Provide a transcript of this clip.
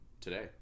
today